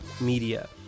Media